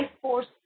force